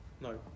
No